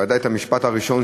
ודאי המשפט הראשון,